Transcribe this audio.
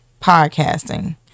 podcasting